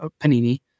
Panini